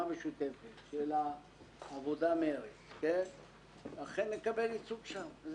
משותפת של העבודה-מרצ אכן נקבל ייצוג שם.